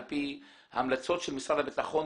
על פי המלצות של משרד הביטחון,